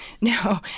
No